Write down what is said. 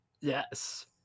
Yes